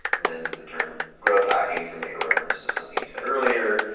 then the term growth-hacking, to make a reference to something you said earlier,